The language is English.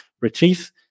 retrieve